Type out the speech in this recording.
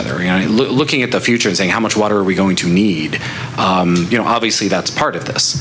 other looking at the future and saying how much water are we going to need you know obviously that's part of this